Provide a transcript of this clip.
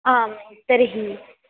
आं तर्हि